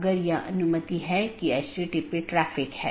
जैसा कि हमने पहले उल्लेख किया है कि विभिन्न प्रकार के BGP पैकेट हैं